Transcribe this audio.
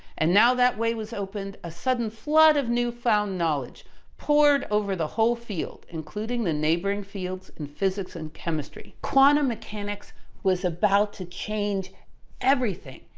and now that the way was opened, a sudden flood of newfound knowledge poured over the whole field, including the neighboring fields in physics and chemistry. quantum mechanics was about to change everything,